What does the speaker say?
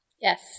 Yes